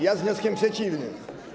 Ja z wnioskiem przeciwnym.